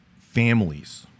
families